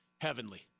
heavenly